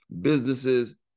businesses